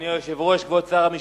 אדוני היושב-ראש, כבוד שר המשפטים,